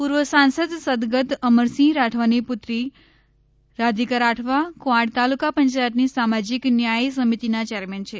પૂર્વ સાંસદ સદગત અમરસિંહ રાઠવાની પુત્રી રાધિકા રાઠવા કવાંટ તાલુકા પંચાયતની સામાજિક ન્યાય સમિતિની ચેરમેન છે